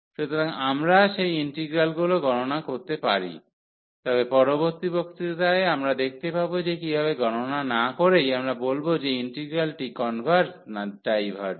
সুতরাং আমরা সেই ইন্টিগ্রালগুলি গণনা করতে পারি তবে পরবর্তী বক্তৃতায় আমরা দেখতে পাব যে কীভাবে গণনা না করেই আমরা বলব যে ইন্টিগ্রালটি কনভার্জ না ডাইভার্জ